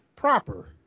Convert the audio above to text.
proper